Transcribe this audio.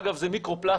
אגב, זה מיקרו פלסטיק.